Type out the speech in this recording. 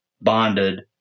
bonded